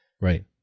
Right